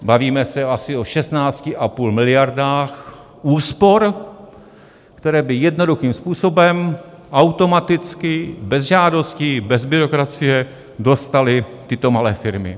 Bavíme se asi o 16,5 miliardy úspor, které by jednoduchým způsobem, automaticky, bez žádostí, bez byrokracie dostaly tyto malé firmy.